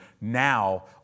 now